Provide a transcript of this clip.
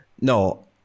No